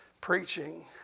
preaching